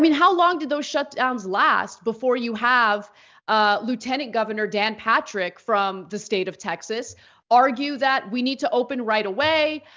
i mean how long did those shutdowns last before you have ah lieutenant governor dan patrick from the state of texas argue that we need to open right away.